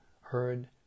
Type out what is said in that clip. heard